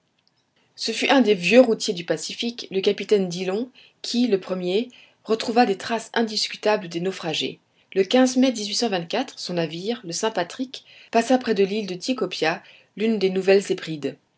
ce fut un vieux routier du pacifique le capitaine dillon qui le premier retrouva des traces indiscutables des naufragés le mai son navire le saint patrick passa près de l'île de tikopia l'une des